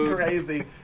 crazy